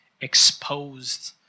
exposed